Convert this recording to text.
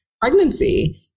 pregnancy